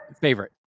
Favorite